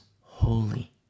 holy